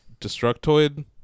destructoid